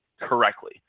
correctly